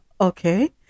okay